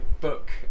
book